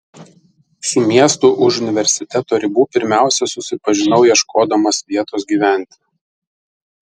su miestu už universiteto ribų pirmiausia susipažinau ieškodamas vietos gyventi